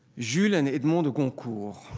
jules and edmond de goncourt,